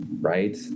Right